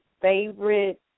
favorite